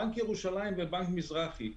בנק ירושלים ובנק מזרחי.